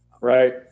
Right